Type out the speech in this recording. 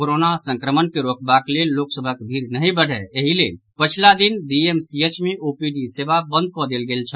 corona संक्रमण के रोकबाक लेल लोक सभक भीड़ नहि बढ़य एहि लेल पछिला दिन डीएमसीएच मे ओपीडी सेवा बंद कऽ देल गेल छल